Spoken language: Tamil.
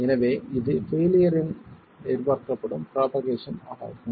எனவே இது ஃபெயிலியர் இன் எதிர்பார்க்கப்படும் புரோபகேஷன் ஆகும்